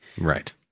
Right